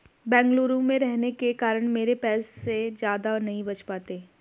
बेंगलुरु में रहने के कारण मेरे पैसे ज्यादा नहीं बच पाते